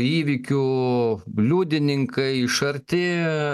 įvykių liudininkai iš arti